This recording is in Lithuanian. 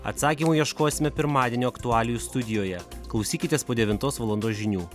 atsakymų ieškosime pirmadienio aktualijų studijoje klausykitės po devintos valandos žinių